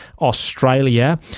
Australia